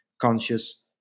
conscious